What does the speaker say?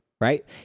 Right